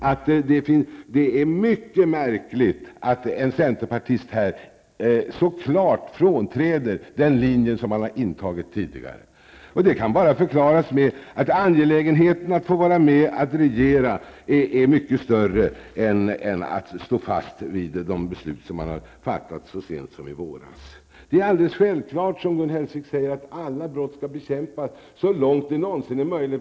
Det är mycket märkligt att en centerpartist här så klart frånträder den linje som man tidigare har följt. Detta kan bara förklaras med att man är mycket mera angelägen om att få vara med och regera än om att stå fast vid de beslut som fattades så sent som i våras. Det är alldels självklart, som också Gun Hellsvik säger, att alla brott skall bekämpas så långt det någonsin är möjligt.